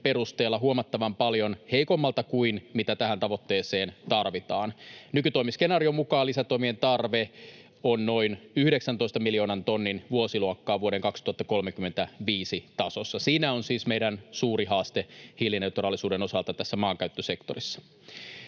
perusteella huomattavan paljon heikommalta kuin mitä tähän tavoitteeseen tarvitaan. Nykytoimiskenaarion mukaan lisätoimien tarve on noin 19 miljoonan tonnin vuosiluokkaa vuoden 2035 tasossa. Siinä on siis meidän suuri haasteemme hiilineutraalisuuden osalta tässä maankäyttösektorissa.